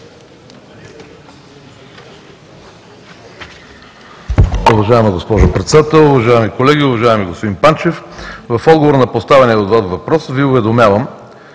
Уважаема госпожо Председател, уважаеми колеги! Уважаеми господин Панчев, в отговор на поставения от Вас въпрос Ви уведомявам